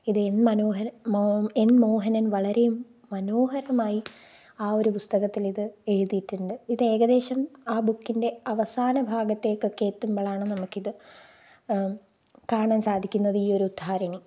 ഇത് N N Mohanan വളരെ മനോഹരമായി ആ ഒരു പുസ്തകത്തിലിത് എഴുതിയിട്ടുണ്ട് ഇത് ഏകദേശം ആ ബുക്കിൻറ്റെ അവസാന ഭാഗത്തേക്കൊക്കെ എത്തുമ്പോഴാണ് നമുക്കിത് കാണാൻ സാധിക്കുന്നത് ഈയൊരു ഉദ്ധാരിണി